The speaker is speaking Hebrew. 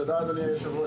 תודה אדוני היושב-ראש,